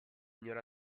signor